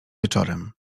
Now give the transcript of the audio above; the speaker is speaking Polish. wieczorem